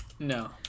no